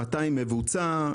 מה מבוצע,